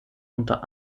unter